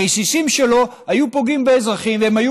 הרסיסים שלו היו פוגעים באזרחים והם היו